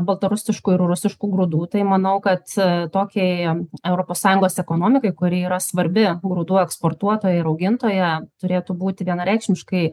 baltarusiškų ir rusiškų grūdų tai manau kad tokiai europos sąjungos ekonomikai kuri yra svarbi grūdų eksportuotoja ir augintoja turėtų būti vienareikšmiškai